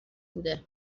بوده